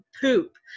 poop